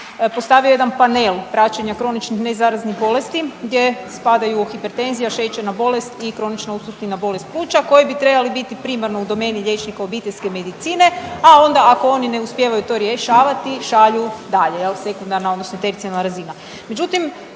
postavio jedan panel praćenja kroničnih nezaraznih bolesti gdje spadaju hipertenzija, šećerna bolest i kronična opstruktivna bolest pluća koje bi trebale biti primarno u domeni liječnika obiteljske medicine, a onda ako oni ne uspijevaju to rješavati šalju dalje jel sekundarna odnosno tercijarna razina.